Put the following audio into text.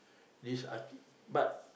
this a~ but